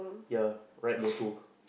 yeah ride motor